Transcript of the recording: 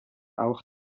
auch